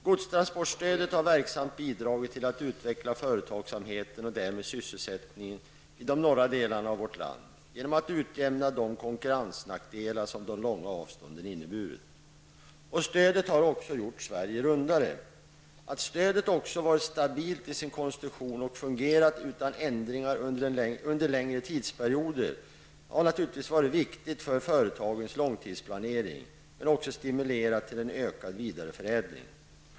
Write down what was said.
Godstransportstödet har verksamt bidragit till att utveckla företagsamheten och därmed sysselsättningen i de norra delarna av vårt land genom att utjämna de konkurrensnackdelar som de långa avstånden har inneburit. Stödet har också gjort Sverige rundare. Att stödet också har varit stabilt i sin konstruktion och fungerat utan ändringar under längre tidsperioder har naturligtvis varit viktigt för företagens långtidsplanering, men det har också stimulerat till en ökad vidareförädling.